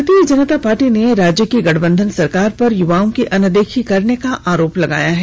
भारतीय जनता पार्टी ने राज्य की गठबंधन सरकार पर युवाओं की अनदेखी करने का आरोप लगाया है